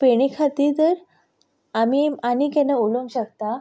फेणी खातीर तर आमी आनी केन्ना उलोवंक शकता